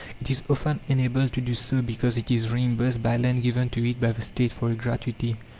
it is often enabled to do so because it is reimbursed by land given to it by the state for a gratuity.